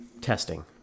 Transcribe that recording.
testing